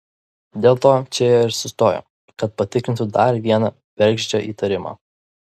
dėl to čia jie ir sustojo kad patikrintų dar vieną bergždžią įtarimą